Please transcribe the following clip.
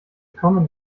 kommen